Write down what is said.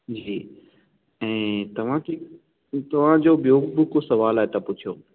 जी ऐं तव्हांखे तव्हांजो ॿियो बि को सुवाल आहे त पुछियो